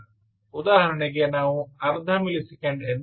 ಉದಾಹರಣೆಗೆ ನಾವು ಅರ್ಧ ಮಿಲಿಸೆಕೆಂಡ್ ಎಂದು ಹೇಳೋಣ